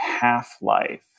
half-life